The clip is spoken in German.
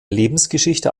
lebensgeschichte